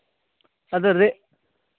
ᱟᱫᱚ ᱨᱮᱹ